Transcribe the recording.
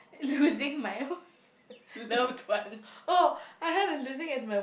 losing my loved one